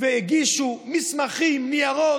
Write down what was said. הגישו מסמכים, ניירות,